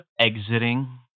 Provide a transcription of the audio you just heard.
exiting